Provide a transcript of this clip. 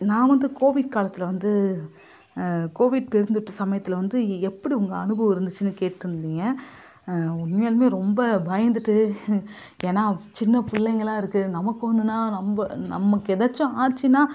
நான் வந்து கோவிட் காலத்தில் வந்து கோவிட் பெருந்தொற்று சமயத்தில் வந்து எ எப்படி உங்கள் அனுபவம் இருந்துச்சுன்னு கேட்டிருந்தீங்க உண்மையாலுமே ரொம்ப பயந்திட்டு ஏன்னா சின்ன பிள்ளைங்களா இருக்குது நமக்கு ஒன்றுனா நம்ம நமக்கு எதாச்சும் ஆச்சுனா